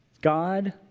God